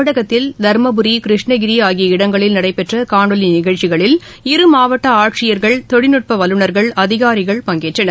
தமிழகத்தில் தருமபுரி கிருஷ்ணகிரிஆகிய இடங்களில் நடைபெற்றகாணொலிநிகழ்ச்சிகளில் இரு மாவட்டஆட்சியர்கள் தொழில்நுட்பவல்லூநர்கள் அதிகாரிகள் பங்கேற்றனர்